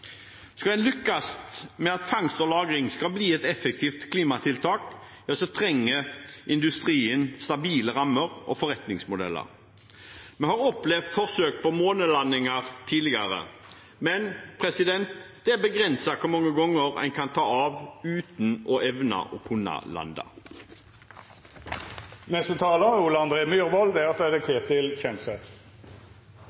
Skal en lykkes med at fangst og lagring blir et effektivt klimatiltak, trenger industrien stabile rammer og forretningsmodeller. Vi har opplevd forsøk på månelandinger tidligere, men det er begrenset hvor mange ganger en kan ta av uten å evne å kunne lande. Det går helt klart fram at det er